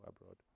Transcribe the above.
abroad